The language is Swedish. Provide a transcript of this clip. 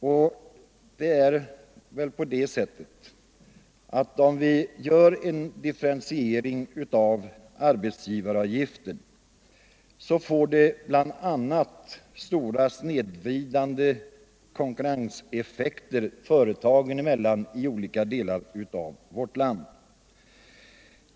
Om vi genomför en differentiering av arbetsgivaravgiften får det bl.a. stora snedvridande konkurrenseffekter företagen emellan i olika delar av vårt land.